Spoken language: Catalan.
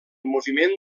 moviment